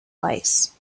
lice